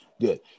good